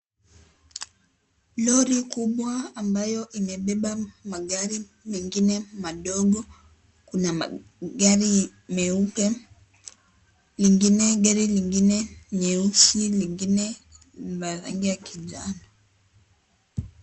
Lori kubwa ambayo imebeba magari mengine madogo. Kuna magari meupe, gari lingine nyeusi, lingine rangi ya kijani.